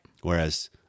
Whereas